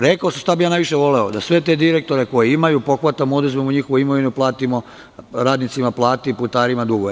Rekao sam šta bih ja najviše voleo, da te sve direktore koji imaju pohvatamo, oduzmemo njihovu imovinu, platimo radnicima plate i putarima dugove.